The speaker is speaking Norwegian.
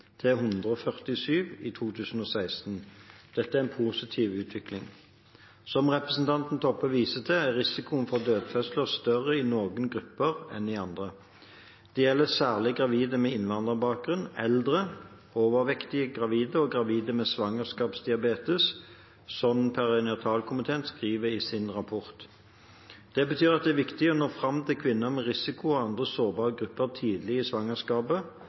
til 147 i 2016. Dette er en positiv utvikling. Som representanten Toppe viste til, er risikoen for dødfødsler større i noen grupper enn i andre. Det gjelder særlig gravide med innvandrerbakgrunn, eldre og overvektige gravide og gravide med svangerskapsdiabetes, slik som perinatalkomiteen skriver i sin rapport. Det betyr at det er viktig å nå fram til kvinner med risiko og andre sårbare grupper tidlig i svangerskapet,